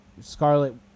Scarlet